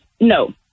No